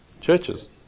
Churches